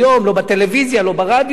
לא בטלוויזיה ולא ברדיו.